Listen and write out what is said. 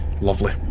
Lovely